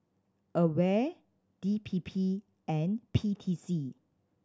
AWARE D P P and P T C